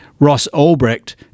rossalbrecht